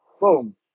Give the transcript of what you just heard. boom